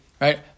right